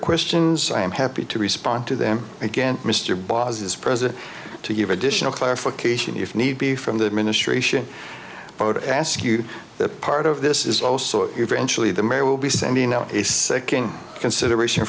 questions i am happy to respond to them again mr boss is present to give additional clarification if need be from the administration to ask you that part of this is also eventually the mayor will be sending out a second consideration